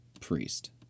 priest